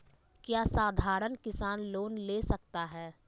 क्या साधरण किसान लोन ले सकता है?